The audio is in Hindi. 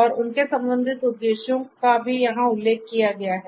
और उनके संबंधित उद्देश्यों का भी यहाँ उल्लेख किया गया है